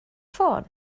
ffôn